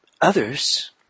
others